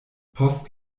post